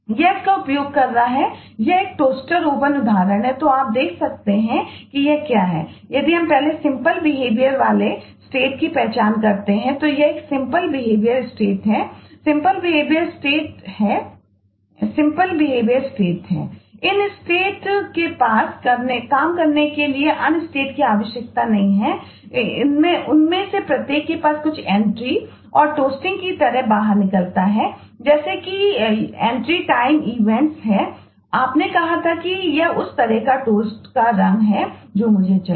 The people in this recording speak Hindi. यह इसका उपयोग कर रहा है यह एक और टोस्टर ओवन रंग है जो मुझे चाहिए